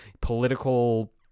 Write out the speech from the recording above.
political